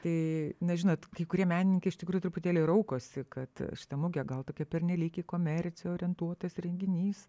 tai na žinot kai kurie menininkai iš tikrųjų truputėlį raukosi kad šita mugė gal tokia pernelyg į komerciją orientuotas renginys